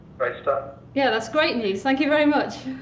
great stuff yeah, that's great news. thank you very much.